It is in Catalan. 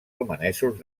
romanesos